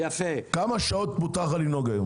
כמה שעות מותר לך לנהוג היום?